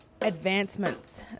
advancements